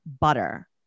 butter